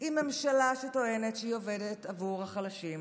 עם ממשלה שטוענת שהיא עובדת עבור החלשים,